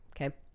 okay